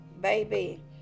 baby